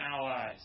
allies